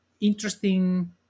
interesting